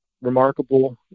remarkable